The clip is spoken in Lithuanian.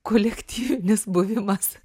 kolektyvinis buvimas